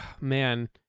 man